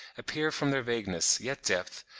appear from their vagueness, yet depth,